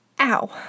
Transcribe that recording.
Ow